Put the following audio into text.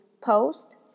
post